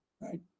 right